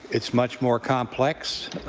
it's much more complex